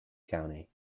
county